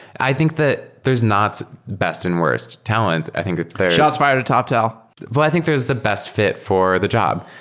i think that there is not best and worst talent. i think there's shots fi red at toptal but i think there is the best fi t for the job,